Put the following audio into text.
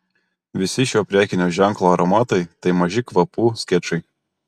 visi šio prekinio ženklo aromatai tai maži kvapų skečai